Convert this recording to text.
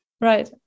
right